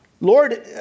Lord